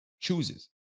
chooses